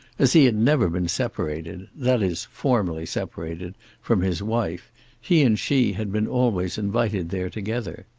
as he had never been separated that is formally separated from his wife he and she had been always invited there together.